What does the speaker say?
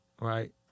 right